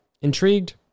Intrigued